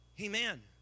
Amen